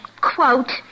quote